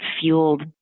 fueled